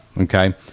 Okay